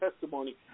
testimony